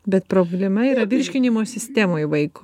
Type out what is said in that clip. bet problema yra virškinimo sistemoj vaiko